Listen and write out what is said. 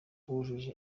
bujuje